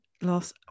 last